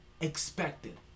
expected